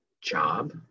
job